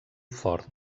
fort